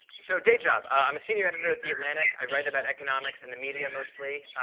so day job i'm a senior editor at the atlantic. i write about economics in the media mostly.